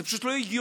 זה פשוט לא הגיוני.